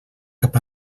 cap